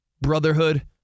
brotherhood